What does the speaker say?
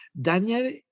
Daniel